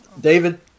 David